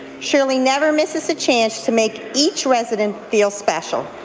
shirley never misses a chance to make each resident feel special.